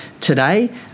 today